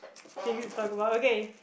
thing to talk about okay